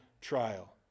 trial